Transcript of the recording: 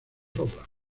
robla